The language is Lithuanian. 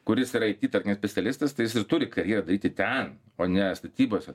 kuris yra it tarkim specialistas tai jis turi karjerą daryti ten o ne statybose